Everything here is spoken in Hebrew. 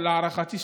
להערכתי,